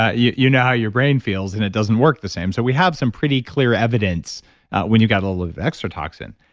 ah you you know how your brain feels, and it doesn't work the same. so we have some pretty clear evidence when you got a little extra toxin,